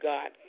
God